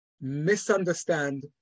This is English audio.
misunderstand